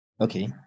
Okay